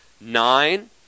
nine